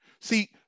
See